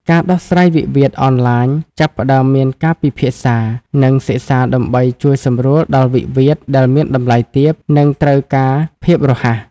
ការដោះស្រាយវិវាទអនឡាញ ចាប់ផ្ដើមមានការពិភាក្សា និងសិក្សាដើម្បីជួយសម្រួលដល់វិវាទដែលមានតម្លៃទាប និងត្រូវការភាពរហ័ស។